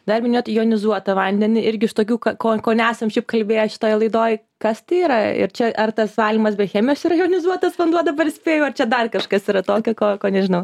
dar minėjot jonizuotą vandenį irgi iš tokių ka ko ko nesam kalbėję šitoj laidoj kas tai yra ir čia ar tas valymas be chemijos yra jonizuotas vanduo dabar spėju ar čia dar kažkas yra tokio ko ko nežinau